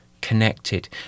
connected